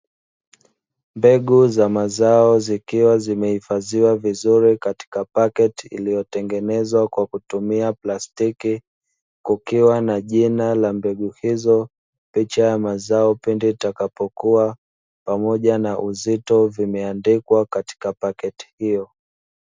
Mbegu za mazao zikiwa zimehifadhiwa vizuri katika paketi iliyotengenezwa kwa kutumia plastiki, kukiwa na jina la mbegu hizo picha ya mazao pindi litakapokua pamoja na uzito vimeandikwa katika paketi hiyo.